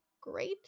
great